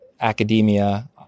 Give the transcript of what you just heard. academia